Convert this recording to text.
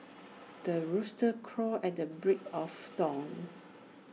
the rooster crows at the break of dawn